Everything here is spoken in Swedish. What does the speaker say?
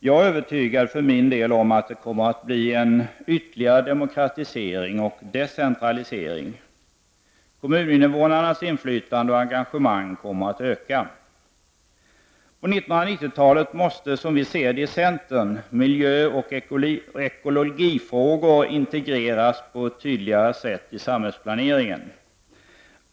Jag är för min del övertygad om att det kommer att bli en ytterligare demokratisering och decentralisering. Kommuninvånarnas inflytande och engagemang kommer att öka. På 1990-talet måste, som vi ser det i centern, miljöoch ekologifrågor integreras på ett tydligare sätt i samhällsplaneringen.